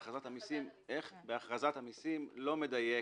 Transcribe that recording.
הנוסח בהכרזת המסים לא מדייק,